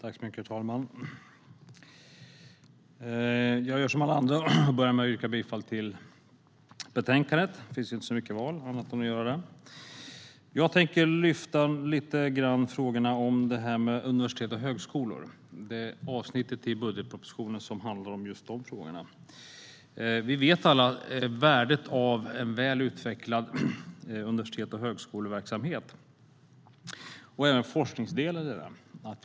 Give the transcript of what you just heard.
Herr talman! Jag gör som alla andra, börjar med att yrka bifall till utskottets förslag. Det finns inte så många andra val än att göra det. Jag tänker lite grann lyfta frågorna om universitet och högskolor, det avsnitt i budgetpropositionen som handlar om de frågorna. Vi vet alla värdet av en väl utvecklad universitets och högskoleverksamhet och även forskningsdelen i den.